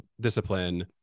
discipline